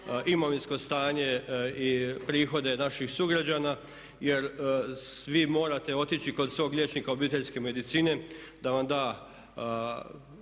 imovinsko stanje i prihode naših sugrađana jer svi morate otići kod svog liječnika obiteljske medicine da vam da